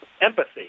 empathy